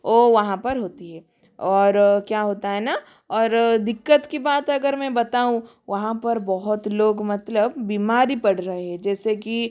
वो वहाँ पर होती है और क्या होता है ना और दिक्कत की बात अगर मैं बताऊँ वहाँ पर बहुत लोग मतलब बीमार ही पड़ रहे है जैसे कि